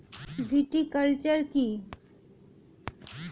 Viticulture কী?